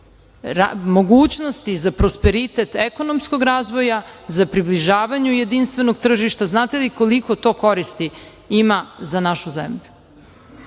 mogućnosti za prosperitet ekonomskog razvoja za približavanju jedinstvenog tržišta. Znate li koliko to koristi ima za našu zemlju? Znači,